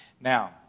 Now